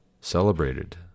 celebrated